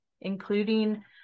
including